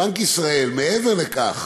בנק ישראל, מעבר לכך